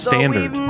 Standard